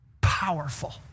powerful